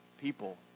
people